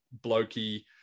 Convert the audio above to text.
blokey